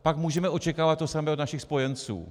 Pak můžeme očekávat to samé od našich spojenců.